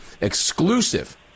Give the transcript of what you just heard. Exclusive